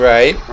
Right